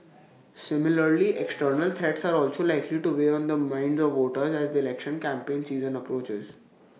similarly external threats are also likely to weigh on the minds of voters as the election campaign season approaches